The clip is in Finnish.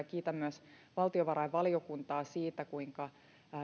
kiitän myös valtiovarainvaliokuntaa siitä kuinka